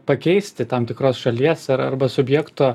pakeisti tam tikros šalies ar arba subjekto